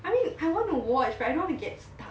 I mean I wanna watch but I don't wanna get stuck